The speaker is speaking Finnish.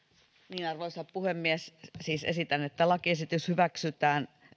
arvoisa puhemies esitän siis että lakiesitys